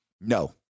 no